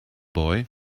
boy